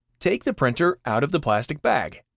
take the printer out of the plastic bag,